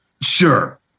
sure